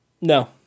No